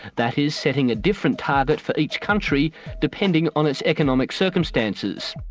that is, setting a different target for each country depending on its economic circumstances.